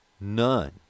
None